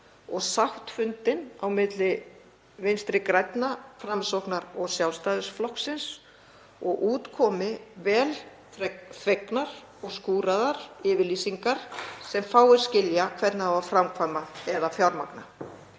og á sáttafundi milli Vinstri grænna, Framsóknar og Sjálfstæðisflokksins og út komi velþvegnar og -skúraðar yfirlýsingar sem fáir skilja hvernig á að framkvæma eða fjármagna.